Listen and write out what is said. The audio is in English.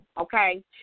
okay